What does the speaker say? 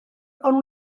ond